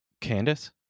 Candace